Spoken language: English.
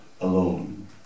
alone